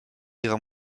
ihrer